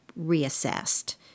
reassessed